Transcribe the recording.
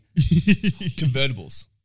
Convertibles